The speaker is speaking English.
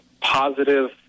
positive